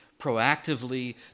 proactively